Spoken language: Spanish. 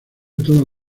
todas